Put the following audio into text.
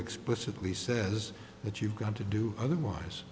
explicitly says that you've got to do otherwise